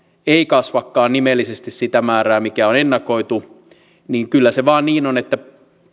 ei kasvakaan nimellisesti sitä määrää mikä on ennakoitu niin kyllä se vain niin on että